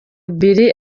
billy